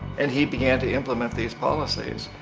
and he began to implement these policies.